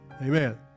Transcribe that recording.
Amen